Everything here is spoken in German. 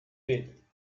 will